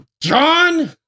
John